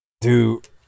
Dude